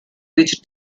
which